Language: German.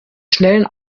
schnellen